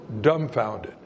dumbfounded